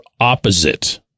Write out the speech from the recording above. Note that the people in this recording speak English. opposite